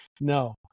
no